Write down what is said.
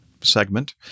segment